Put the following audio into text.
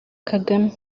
kagame